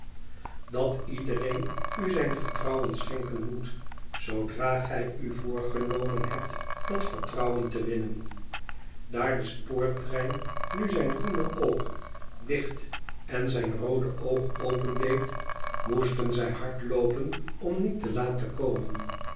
dat iedereen u zijn vertrouwen schenken moet zoodra gij u voorgenomen hebt dat vertrouwen te winnen daar de spoortrein nu zijn groene oog dicht en zijn roode oog opendeed moesten zij hard loopen om niet te laat te komen